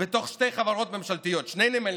בתוך שתי חברות ממשלתיות, שני נמלים,